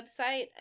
website